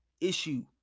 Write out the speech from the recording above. issue